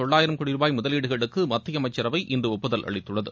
தொள்ளாயிரம் னோடி ரூபாய் முதலீடுகளுக்கு மத்திய அமைச்சரவை இன்று ஒப்புதல் அளித்துள்ளது